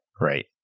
Right